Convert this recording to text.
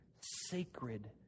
sacred